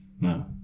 No